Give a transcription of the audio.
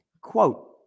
Quote